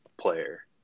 player